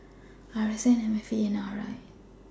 R S N M F A and R I